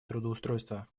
трудоустройства